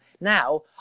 Now